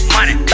Money